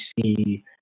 see